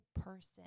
person